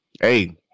Hey